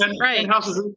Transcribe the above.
right